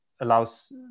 allows